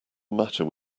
matter